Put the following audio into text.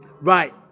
Right